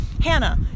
Hannah